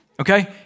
okay